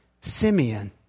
Simeon